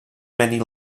many